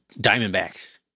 Diamondbacks